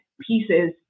pieces